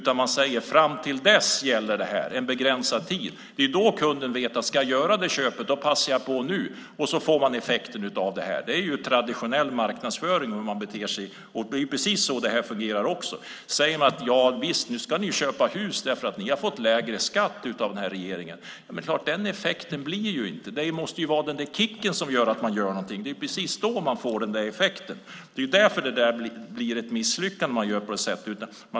Man säger fram till dess gäller det här, en begränsad tid. Det är då kunden vet att ska jag göra det köpet passar jag på nu. Då får man effekten av det här. Det är så man beter sig vid traditionell marknadsföring. Det är precis så det här fungerar också. Säger man att nu ska ni köpa hus därför att ni har fått lägre skatt av den här regeringen är det klart att den effekten uteblir. Det måste vara den där kicken som får människor att göra någonting. Det är precis då man får den där effekten. Det är därför det blir ett misslyckande när man gör på det här sättet.